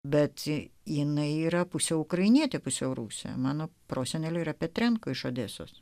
bet jinai yra pusiau ukrainietė pusiau rusė mano prosenelė yra petrenka iš odesos